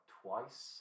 twice